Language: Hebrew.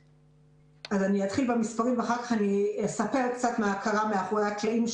אני אתחיל במספרים ואחר כך אני אספר מה קורה מאחורי הקלעים,